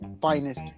finest